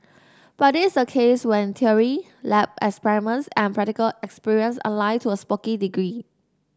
but this is a case when theory lab experiments and practical experience align to a spooky degree